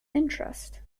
interest